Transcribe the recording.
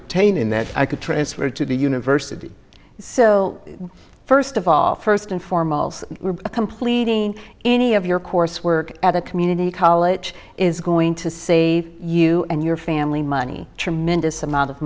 obtain in that i could transfer to the university so first of all first and foremost completing any of your coursework at a community college is going to save you and your family money tremendous amount of